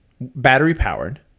battery-powered